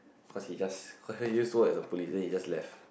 cause he just cause he used to work as a police then he just left